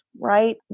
right